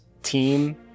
team